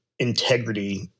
integrity